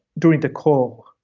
during the call,